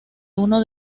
uno